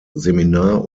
seminar